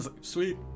Sweet